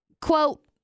quote